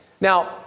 Now